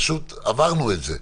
אנחנו פשוט עברנו דברים כאלה.